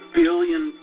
billion